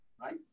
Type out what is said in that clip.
Right